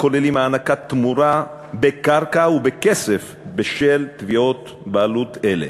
הכוללים מתן תמורה בקרקע ובכסף בשל תביעות בעלות אלה,